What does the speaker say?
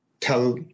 tell